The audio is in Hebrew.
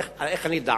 איך אני אדע?